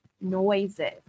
noises